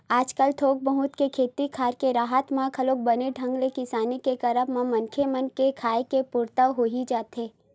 आजकल थोक बहुत के खेती खार के राहत म घलोक बने ढंग ले किसानी के करब म मनखे मन के खाय के पुरता होई जाथे